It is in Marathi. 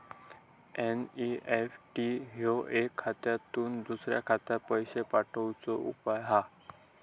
एन.ई.एफ.टी ह्यो एका खात्यातुन दुसऱ्या खात्यात पैशे पाठवुचो उपाय हा